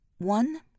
One